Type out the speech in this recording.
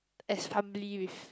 as humbly with